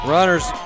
Runners